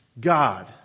God